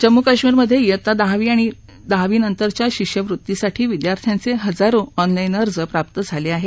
जम्मू काश्मीरमध्ये डेक्ता दहावी आणि दहावीनंतरच्या शिष्यवृत्तीसाठी विद्यार्थ्यांचे हजारो ऑनलाईन अर्ज प्राप्त झाले आहेत